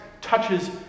touches